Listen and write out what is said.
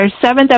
seventh